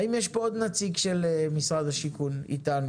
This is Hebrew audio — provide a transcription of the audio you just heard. האם יש פה עוד נציג של משרד השיכון איתנו?